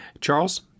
charles